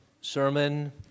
sermon